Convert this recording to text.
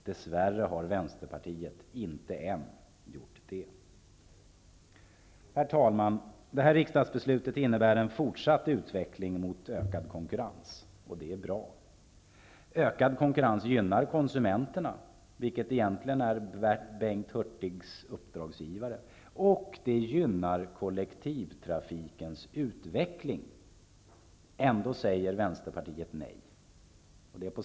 Dess värre har Vänsterpartiet ännu inte gjort det. Herr talman! Det riksdagsbeslut som vi förhoppningsvis kommer att fatta innebär en fortsatt utveckling mot ökad konkurrens, och det är bra. Ökad konkurrens gynnar konsumenterna, vilka egentligen är Bengt Hurtigs uppdragsgivare, och kollektivtrafikens utveckling. Ändå säger Vänsterpartiet nej.